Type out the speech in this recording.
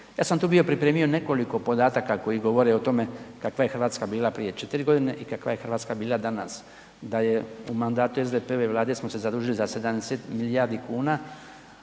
Ja sam tu bio pripremio nekoliko podatak koji govore o tome kakva je Hrvatska bila prije 4 g. i kakva je Hrvatska bila danas, da je u mandatu SDP-ove Vlade smo se zadužili za 70 milijardi kuna,